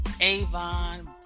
Avon